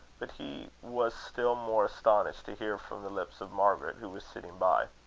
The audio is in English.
but he was still more astonished to hear from the lips of margaret, who was sitting by